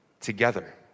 together